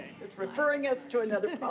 it's referring us to another